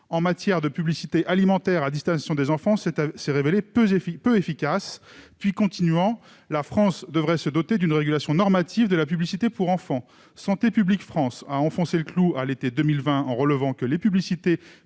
en matière de publicité alimentaire à destination des enfants s'est révélé peu efficace » et « la France devrait se doter d'une régulation normative de la publicité pour enfant ». Santé publique France a enfoncé le clou à l'été 2020 en relevant que les publicités